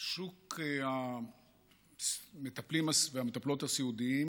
שוק המטפלים והמטפלות הסיעודיים